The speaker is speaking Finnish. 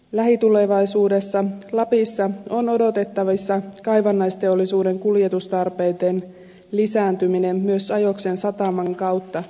lähitulevaisuudessa lapissa on odotettavissa kaivannaisteollisuuden kuljetustarpeiden lisääntymistä myös ajoksen sataman kautta